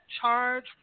charge